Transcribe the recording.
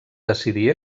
decidir